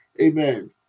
amen